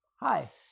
Hi